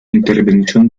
intervención